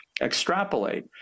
extrapolate